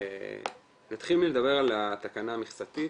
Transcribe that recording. נתחיל מלדבר על התקנה המכסתית,